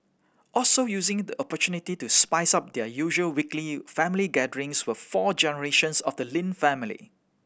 also using the opportunity to spice up their usual weekly family gatherings were four generations of the Lin family